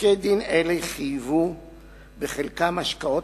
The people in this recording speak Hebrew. פסקי-דין אלה חייבו בחלקם השקעות